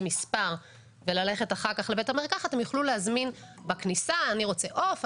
מספר ואחר כך ללכת לבית המרקחת להזמין בכניסה עוף,